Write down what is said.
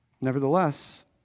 nevertheless